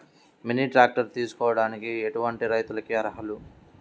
Mini tractor తీసుకోవడానికి ఎటువంటి రైతులకి అర్హులు?